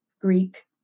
Greek